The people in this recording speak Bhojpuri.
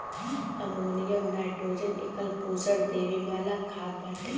अमोनियम नाइट्रोजन एकल पोषण देवे वाला खाद बाटे